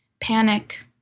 panic